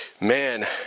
man